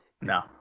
No